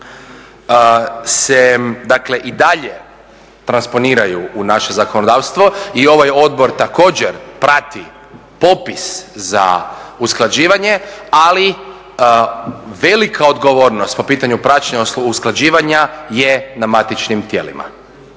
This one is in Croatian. i dalje transponiraju u naše zakonodavstvo i ovaj odbor također prati popis za usklađivanje, ali velika odgovornost po pitanju praćenja usklađivanja je na matičnim tijelima.